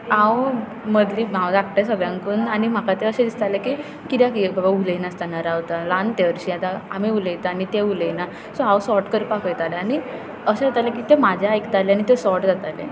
हांव मदली भाव हांव धाकटें सगळ्यांकून आनी म्हाका तें अशें दिसतालें की कित्याक हे अशे उलयनासतना रावतात ल्हान ते हरशीं आतां आमी उलयतात आनी ते उलयनात सो हांव सॉर्ट करपाक वयतालें आनी अशें जातालें की ते म्हजे आयकताले आनी तें सॉर्ट जातालें